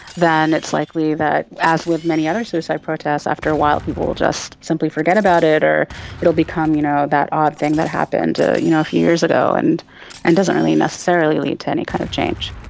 then it's likely that, as with many other suicide protests, after a while people will just simply forget about it or it will become you know that odd thing that happened a you know few years ago and and doesn't really necessarily lead to any kind of change.